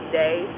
day